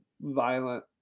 violent